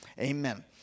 amen